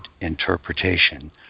interpretation